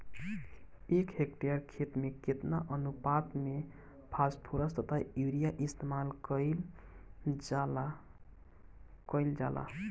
एक हेक्टयर खेत में केतना अनुपात में फासफोरस तथा यूरीया इस्तेमाल कईल जाला कईल जाला?